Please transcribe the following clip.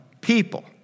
People